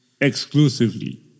exclusively